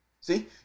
See